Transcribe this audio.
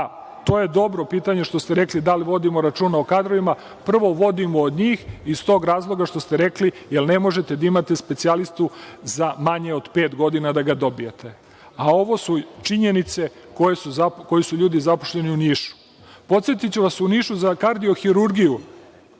je pitanje, što ste rekli, da li vodimo računa o kadrovima? Prvo, vodimo njih iz tog razloga što ste rekli, jer ne možete da imate specijalistu za manje od pet godina, a ovo su činjenice ljudi koji su zaposleni u Nišu. Podsetiću vas, u Nišu za kardio-hirurgiju,